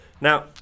Now